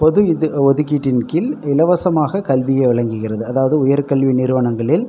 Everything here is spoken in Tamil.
பொது இது ஒதுக்கீட்டின் கீழ் இலவசமாக கல்வியை வழங்குகிறது அதாவது உயர் கல்வி நிறுவனங்களில்